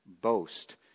boast